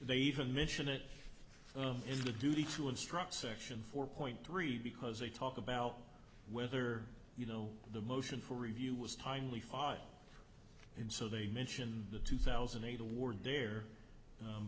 they even mention it is the duty to instruct section four point three because they talk about whether you know the motion for review was timely fine and so they mention the two thousand and eight award there